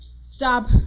stop